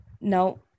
Now